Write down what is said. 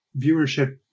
viewership